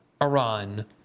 Iran